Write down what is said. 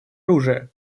оружия